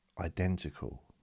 identical